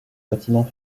bâtiment